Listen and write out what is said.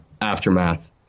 Aftermath